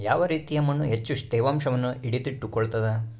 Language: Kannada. ಯಾವ ರೇತಿಯ ಮಣ್ಣು ಹೆಚ್ಚು ತೇವಾಂಶವನ್ನು ಹಿಡಿದಿಟ್ಟುಕೊಳ್ತದ?